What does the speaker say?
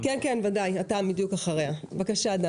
קאופמן, בבקשה.